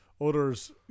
others